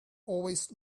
always